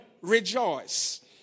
rejoice